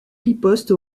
riposte